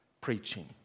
preaching